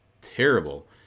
terrible